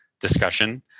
discussion